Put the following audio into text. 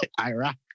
Iraq